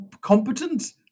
competent